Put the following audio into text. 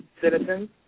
citizens